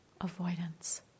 avoidance